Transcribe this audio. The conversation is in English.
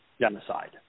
genocide